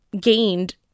gained